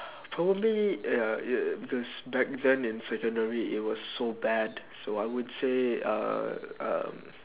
probably ya ya because back then in secondary it was so bad so I would say uh uh